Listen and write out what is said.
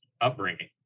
upbringing